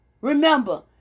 Remember